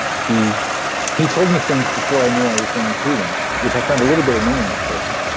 he he told me things before i knew i was going through them, which i found a little bit annoying at first,